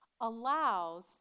allows